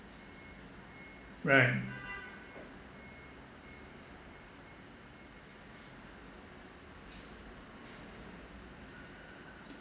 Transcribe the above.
right